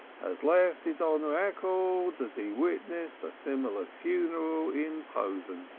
has left it on record that he witnessed a similar funeral in posen.